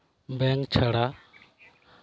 bank ᱪᱷᱟᱲᱟ